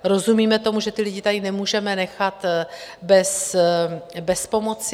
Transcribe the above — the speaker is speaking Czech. Rozumíme tomu, že ty lidi tady nemůžeme nechat bez pomoci.